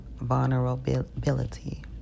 vulnerability